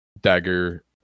Dagger